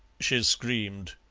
she screamed.